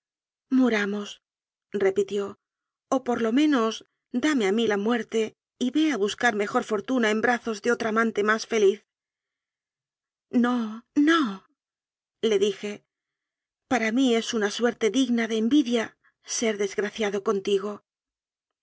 suplicio mu ramosrepitióo por lo menos dame a mí la muerte y ve a buscar mejor fortuna en brazos de otra amante más feliz no nole dije para mí es una suerte digna de envidia ser des graciado contigo